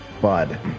Bud